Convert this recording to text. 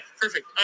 perfect